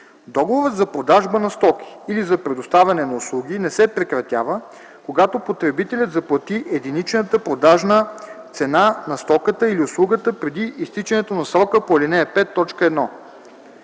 Договорът за продажба на стоки или за предоставяне на услуги не се прекратява, когато потребителят заплати единичната продажна цена на стоката и/или услугата преди изтичането на срока по ал. 5.1.